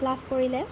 লাভ কৰিলে